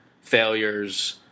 failures